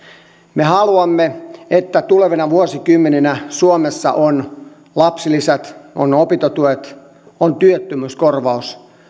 me haluamme että tulevina vuosikymmeninä suomessa on lapsilisät on opintotuet on työttömyyskorvaus